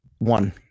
one